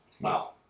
Wow